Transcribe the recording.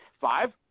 Five